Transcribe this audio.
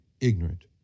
ignorant